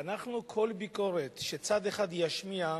כל ביקורת שצד אחד ישמיע,